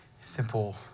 Simple